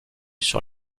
sur